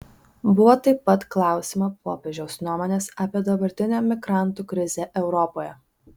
buvo taip pat klausiama popiežiaus nuomonės apie dabartinę migrantų krizę europoje